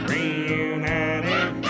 Reunited